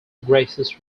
gracious